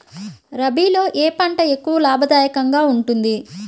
రబీలో ఏ పంట ఎక్కువ లాభదాయకంగా ఉంటుంది?